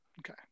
okay